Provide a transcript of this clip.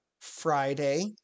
Friday